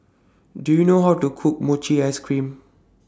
Do YOU know How to Cook Mochi Ice Cream